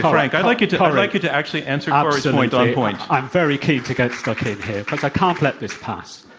frank, i'd like you to um like you to actually answer um kori's and point. um absolutely. i'm very keen to get stuck in here, because i can't let this pass.